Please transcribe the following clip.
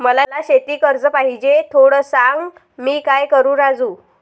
मला शेती कर्ज पाहिजे, थोडं सांग, मी काय करू राजू?